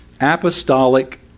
apostolic